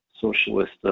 socialist